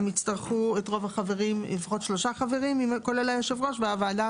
הם יצטרכו לפחות שלושה חברים כולל היושב-ראש והוועדה